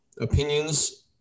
opinions